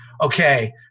okay –